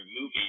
movie